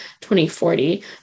2040